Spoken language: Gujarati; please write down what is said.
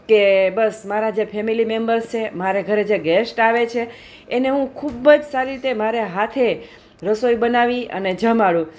કે બસ મારા જે ફેમિલી મેમ્બર્સ છે મારે ઘરે જે ગેસ્ટ આવે છે એને હું ખૂબ જ સારી રીતે મારે હાથે રસોઈ બનાવી અને જમાડું